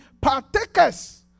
partakers